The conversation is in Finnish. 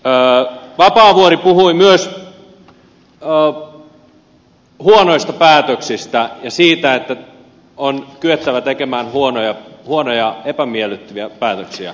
vapaavuori puhui myös huonoista päätöksistä ja siitä että on kyettävä tekemään huonoja epämiellyttäviä päätöksiä